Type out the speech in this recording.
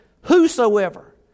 whosoever